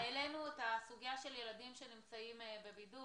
העלינו את הסוגיה של ילדים שנמצאים בבידוד,